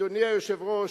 אדוני היושב-ראש,